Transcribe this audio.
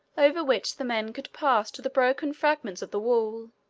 over which the men could pass to the broken fragments of the wall,